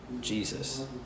Jesus